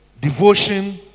devotion